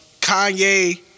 Kanye